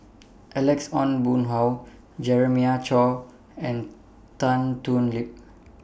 Alex Ong Boon Hau Jeremiah Choy and Tan Thoon Lip